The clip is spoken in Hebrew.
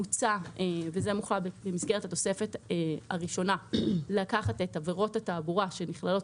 מוצע וזה מוכלל במסגרת הראשונה לקחת את עבירות התעבורה שנכללות